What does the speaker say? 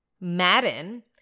madden